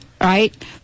right